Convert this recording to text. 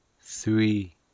Three